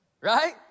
right